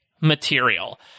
material